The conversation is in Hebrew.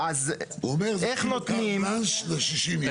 הוא אומר נותנים קארט בלאנש ל-60 יום.